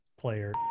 player